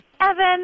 Evan